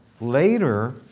later